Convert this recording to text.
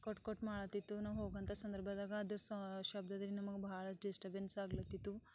ಕೊಟ್ಟು ಕೊಟ್ಟು ಮಾಡುತ್ತಿತ್ತು ನಾನು ಹೋಗುವಂಥ ಸಂದರ್ಭದಾಗ ಅದು ಶಬ್ದದಿಂದ ನಮ್ಗೆ ಬಹಳ ಡಿಸ್ಟರ್ಬೆನ್ಸ್ ಆಗ್ಲತ್ತಿತ್ತು